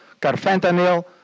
carfentanil